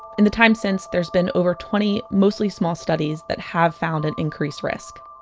in the time since, there's been over twenty mostly small studies that have found an increased risk